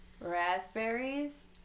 raspberries